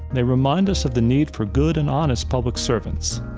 they remind us of the need for good and honest public servants.